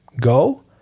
go